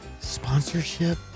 sponsorship